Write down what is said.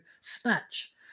snatch